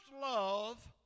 love